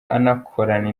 anakorana